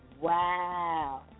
Wow